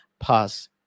pass